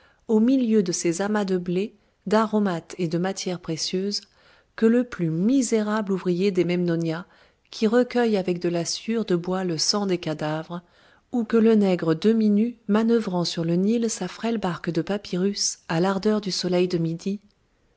au milieu de ses amas de blé d'aromates et de matières précieuses que le plus misérable ouvrier des memnonia qui recueille avec de la sciure de bois le sang des cadavres ou que le nègre demi-nu manœuvrant sur le nil sa frêle barque de papyrus à l'ardeur du soleil de midi